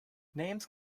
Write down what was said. names